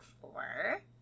four